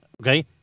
Okay